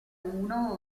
uno